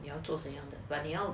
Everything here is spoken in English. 要做怎样 but 你要